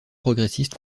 progressistes